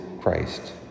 Christ